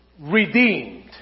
redeemed